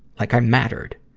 like i mattered.